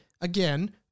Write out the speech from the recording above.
again